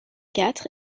quatre